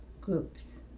groups